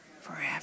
forever